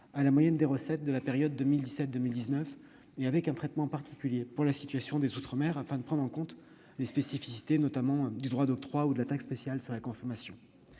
à la moyenne des recettes de la période 2017-2019, un traitement particulier étant prévu pour les outre-mer afin de prendre en compte leurs spécificités, notamment le droit d'octroi ou la taxe spéciale sur la consommation.